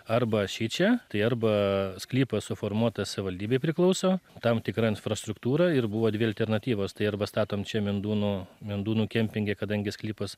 arba šičia tai arba sklypas suformuotas savivaldybei priklauso tam tikra infrastruktūra ir buvo dvi alternatyvos tai arba statom čia mindūnų mindūnų kempinge kadangi sklypas